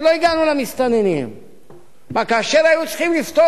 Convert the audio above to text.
כאשר היו צריכים לפתור את בעיית העולים החדשים בהמוניהם,